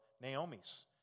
Naomi's